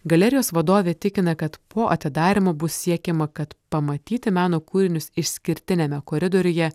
galerijos vadovė tikina kad po atidarymo bus siekiama kad pamatyti meno kūrinius išskirtiniame koridoriuje